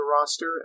roster